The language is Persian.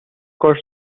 کاش